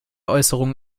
äußerungen